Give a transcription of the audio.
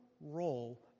role